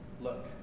look